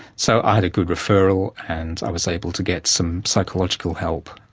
so i had a good referral and i was able to get some psychological help.